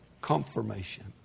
confirmation